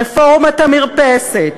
רפורמת המרפסת,